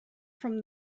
from